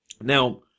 Now